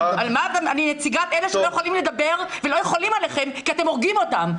אני נציגת אלה שלא יכולים לדבר ולא יכולים עליכם כי אתם הורגים אותם,